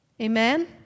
Amen